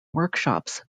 workshops